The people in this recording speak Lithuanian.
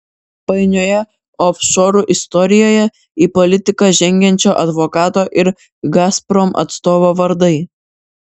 painioje ofšorų istorijoje į politiką žengiančio advokato ir gazprom atstovo vardai